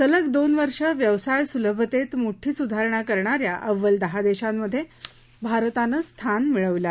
सलग दोन वर्ष व्यवसाय सुलभतेत मोठी सुधारणा करणा या अव्वल दहा देशांमध्ये भारतानं स्थान मिळवलं आहे